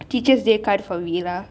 teachers they cared for veera